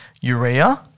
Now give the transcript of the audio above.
urea